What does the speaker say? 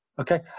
okay